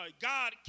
God